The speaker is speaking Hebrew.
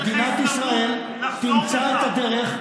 מדינת ישראל תמצא את הדרך,